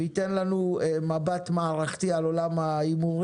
וייתן לנו מבט מערכתי על עולם ההימורים,